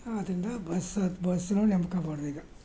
ಆದ್ದರಿಂದ ಬಸ್ ಹತ್ತು ಬಸ್ನ ನಂಬ್ಕೊಳ್ಬಾರ್ದು ಈಗ